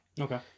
Okay